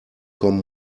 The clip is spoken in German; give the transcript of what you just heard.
kommen